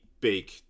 big